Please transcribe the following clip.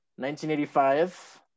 1985